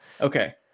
okay